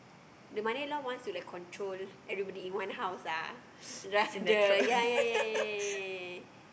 the mother in law wants to like control everybody in one house ah like the ya ya ya ya ya